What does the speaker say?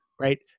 right